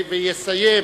ויסיים,